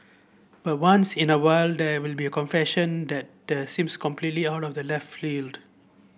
but once in a while there will be a confession that that seems come completely out of left field